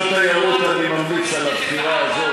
כשר התיירות אני ממליץ על הבחירה הזאת,